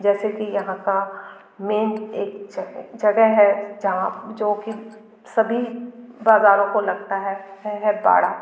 जैसे कि यहाँ का मेन एक जगह जगह है जहाँ जो कि सभी बाज़ारों को लगता है वह है बाड़ा